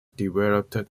developed